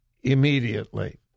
immediately